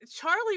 charlie